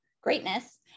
greatness